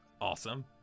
awesome